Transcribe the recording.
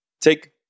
Take